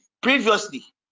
previously